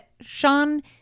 Sean